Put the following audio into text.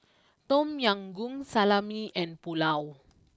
Tom Yam Goong Salami and Pulao